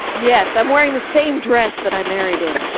yes, i'm wearing the same dress that i married in.